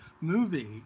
movie